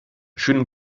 schönen